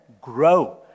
Grow